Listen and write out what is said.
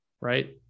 right